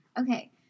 Okay